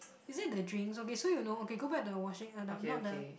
is it the drink so okay so you know okay go back the washing other not the